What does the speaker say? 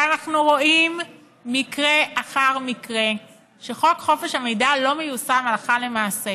אבל אנחנו רואים מקרה אחר מקרה שבהם חוק חופש המידע לא מיושם הלכה למעשה